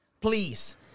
Please